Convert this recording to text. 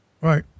Right